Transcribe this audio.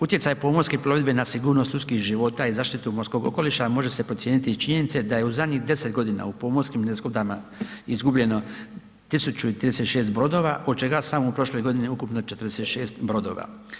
Utjecaj pomorske plovidbe na sigurnost ljudskih života i zaštitu morskog okoliša može se procijeniti iz činjenice da je u zadnjih 10 godina u pomorskim nezgodama izgubljeno 1036 brodova od čega samo u prošloj godini ukupno 46 brodova.